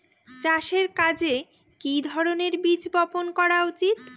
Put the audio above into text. চাষের কাজে কি ধরনের বীজ বপন করা উচিৎ?